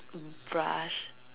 brush